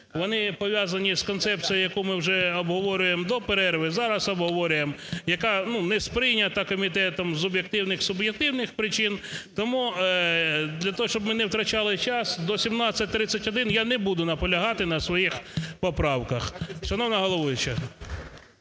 вони пов'язані з концепцією, яку ми вже обговорювали до перерви, зараз обговорюємо, яка не сприйнята комітетом з об'єктивних, суб'єктивних причин. Тому для того, щоб ми не втрачали час, до 1731 я не буду наполягати на своїх поправках.